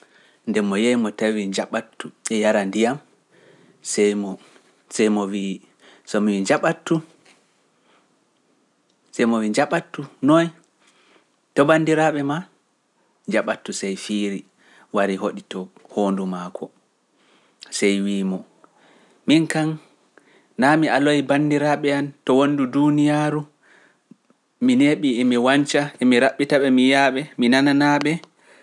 Nde mo yahi mo tawi jaɓattu e yara ndiyam, sey mo - sey mo wi’i so mi jaɓattu, sey mo wi’i jaɓattu noye to banndiraaɓe maa? Jaɓattu sey fiiri wari hoɗi to hoondu maako. Sey wii-mo, miin kan naa mi aloyii banndiraaɓe an to wonndu duuniyaaru, mi neeɓii, emi wanca, emi raɓɓita ɓe, mi yi'aa-ɓe, mi nananaa-ɓe.